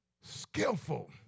skillful